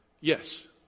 Yes